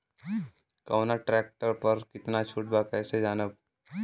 कवना ट्रेक्टर पर कितना छूट बा कैसे जानब?